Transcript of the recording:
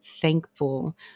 thankful